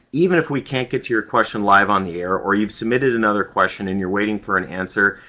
even if we can't get to your question live on the air or you've submitted another question and you're waiting for an answer,